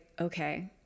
okay